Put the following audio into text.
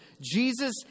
Jesus